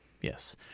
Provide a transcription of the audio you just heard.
Yes